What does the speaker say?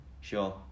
Sure